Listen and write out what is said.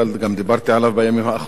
דיברתי עליו בימים האחרונים,